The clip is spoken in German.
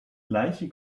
gleiche